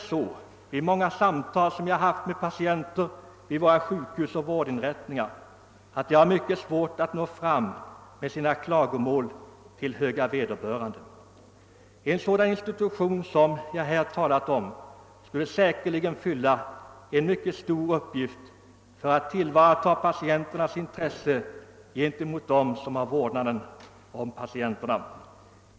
Vid de många samtal jag fört med patienter vid olika sjukhus och vårdinrättningar har jag fått ett starkt intryck av att de har mycket svårt alt nå fram till vederbörande med sina klagomål. Den institution som jag här talat om skulle helt säkert fylla en stor uppgift när det gäller att tillvarata patienternas intresse gentemot dem som står för vården.